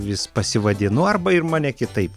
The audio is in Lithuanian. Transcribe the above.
vis pasivadinu arba ir mane kitaip